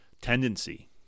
tendency